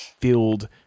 filled